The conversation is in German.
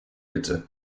bitte